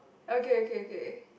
okay okay okay